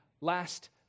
last